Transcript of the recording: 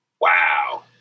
Wow